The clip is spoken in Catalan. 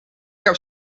cap